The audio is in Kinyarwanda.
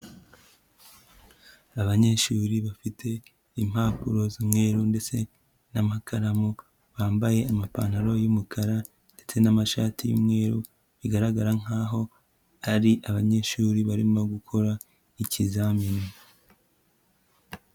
Abanyeshuri bafite impapuro z'umweru ndetse n'amakaramu, bambaye amapantaro y'umukara ndetse na mashati y'umweru, bigaragara nkaho ari abanyeshuri barimo gukora ikizamini.